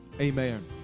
amen